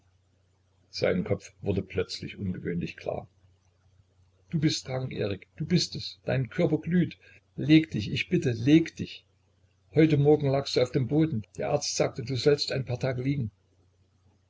sein kopf wurde plötzlich ungewöhnlich klar du bist krank erik du bist es dein körper glüht leg dich ich bitte leg dich heute morgen lagst du auf dem boden der arzt sagte du sollst ein paar tage liegen